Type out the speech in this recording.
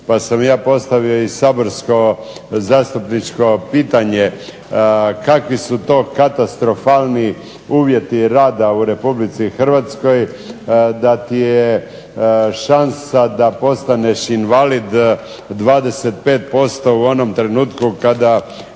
Pa sam ja postavio i saborsko zastupničko pitanje kakvi su to katastrofalni uvjeti rada u Republici Hrvatskoj da ti je šansa da postaneš invalid 25% u onom trenutku kada